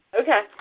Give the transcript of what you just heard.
Okay